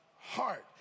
heart